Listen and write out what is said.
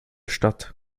stadt